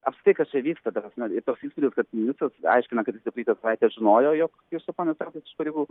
apskritai kas čia vyksta ta prasme ir toks įspūdis kad ministras aiškina kad jisai praeitą savaitę žinojo jog krištaponis traukiasi iš pareigų